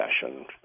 session